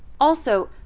also,